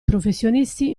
professionisti